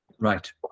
right